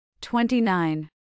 Twenty-nine